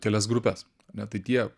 kelias grupes ne tai tie